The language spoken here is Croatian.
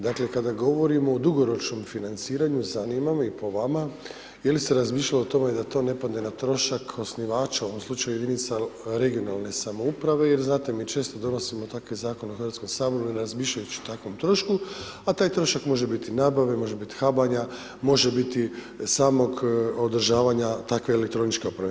Dakle kada govorimo o dugoročnom financiranju zanima me i po vama je li se razmišljalo o tome da to ne padne na trošak osnivača u ovom slučaju jedinica regionalne samouprave, jer znate mi često donosimo takve zakone u Hrvatskom saboru ne razmišljajući o takvom trošku, a taj trošak može biti nabave, može biti habanja, može biti samog održavanja takve elektroničke opreme.